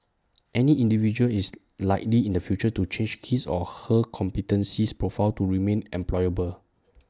any individual is likely in the future to change his or her competences profile to remain employable